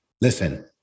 Listen